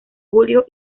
julio